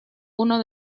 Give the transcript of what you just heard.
uno